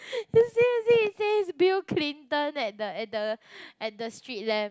you see you see it says Bill Clinton at the at the at the street lamp